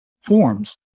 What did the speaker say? forms